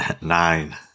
nine